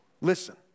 listen